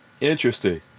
Interesting